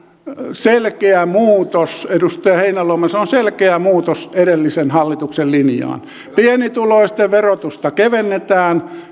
selkeä muutos edustaja heinäluoma se on selkeä muutos edellisen hallituksen linjaan pienituloisten verotusta kevennetään